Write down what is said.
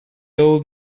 old